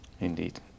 Indeed